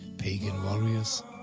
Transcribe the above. pagan warriors?